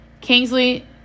Kingsley